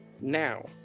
now